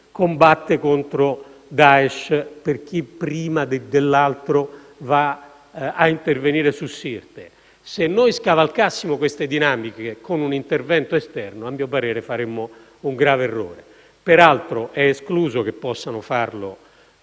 combatte contro Daesh e per chi, prima dell'altro, va a intervenire su Sirte. Se scavalcassimo queste dinamiche con un intervento esterno, a mio parere faremmo un grave errore. Peraltro è escluso che possano farlo